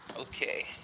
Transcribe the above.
Okay